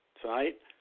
Tonight